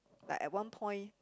like at one point